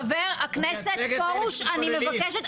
חבר הכנסת פורש, אני מבקשת.